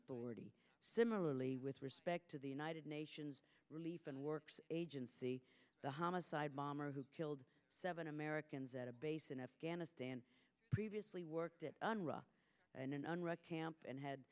authority similarly with respect to the united nations relief and works agency the homicide bomber who killed seven americans at a base in afghanistan previously worked at an ra and in iraq amp and had